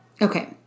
Okay